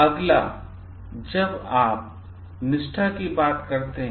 अगला जब आप निष्ठा की बात करते हैं